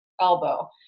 elbow